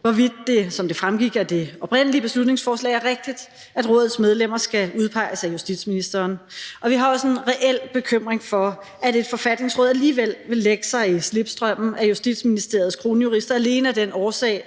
hvorvidt det, som det fremgik af det oprindelige beslutningsforslag, er rigtigt, at rådets medlemmer skal udpeges af justitsministeren, og vi har også en reel bekymring for, at et forfatningsråd alligevel vil lægge sig i slipstrømmen af Justitsministeriets kronjurister alene af den årsag,